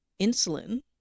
insulin